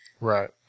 Right